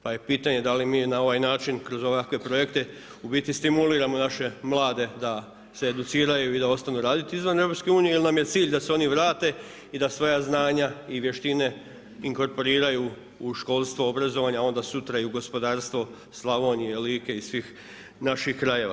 Pa je pitanje da li mi na ovaj način kroz ovakve projekte u biti stimuliramo naše mlade da se educiraju i da ostanu raditi izvan EU ili nam je cilj da se oni vrate i da svoja znanja i vještine inkorporiraju u školstvo, obrazovanje a onda sutra i u gospodarstvo Slavonije, Like i svih naših krajeva.